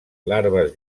larves